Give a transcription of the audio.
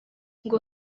ngo